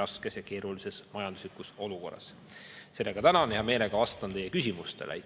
raskes ja keerulises majanduslikus olukorras. Tänan! Hea meelega vastan teie küsimustele.